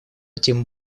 тем